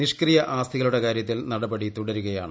നിഷ്ക്രിയ ആസ്തികളുടെ കാര്യത്തിൽ നടപടി തുടരുകയാണ്